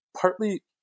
partly